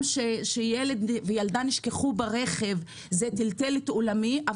שילד או ילדה נשכחו ברכב זה טלטל את עולמי,